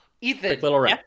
Ethan